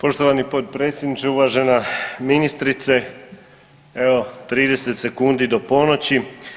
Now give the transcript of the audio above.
Poštovani potpredsjedniče, uvažena ministrice evo 30 sekundi do ponoći.